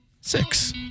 six